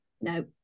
No